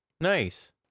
Nice